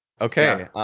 okay